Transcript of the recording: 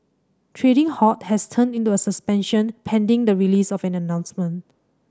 trading halt has turned into a suspension pending the release of an announcement